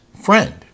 friend